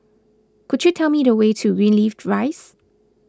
could you tell me the way to Greenleaf Rise